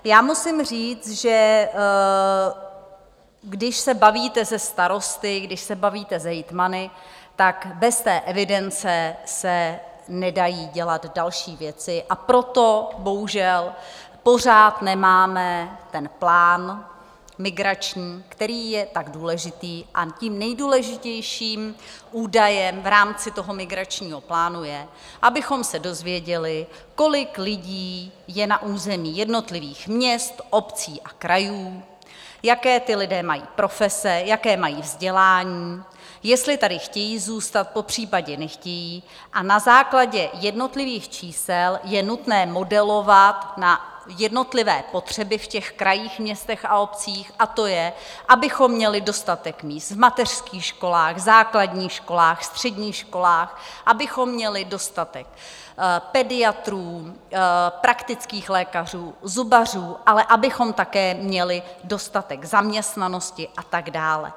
Já musím říct, že když se bavíte se starosty, když se bavíte s hejtmany, tak bez té evidence se nedají dělat další věci, a proto bohužel pořád nemáme plán migrační, který je tak důležitý, a nejdůležitějším údajem v rámci migračního plánu je, abychom se dozvěděli, kolik lidí je na území jednotlivých měst, obcí a krajů, jaké ti lidé mají profese, jaké mají vzdělání, jestli tady chtějí zůstat, popřípadě nechtějí, a na základě jednotlivých čísel je nutné modelovat na jednotlivé potřeby v těch krajích, městech a obcích, a to je, abychom měli dostatek míst v mateřských školách, v základních školách, středních školách, abychom měli dostatek pediatrů, praktických lékařů, zubařů, ale abychom také měli dostatek zaměstnanosti a tak dále.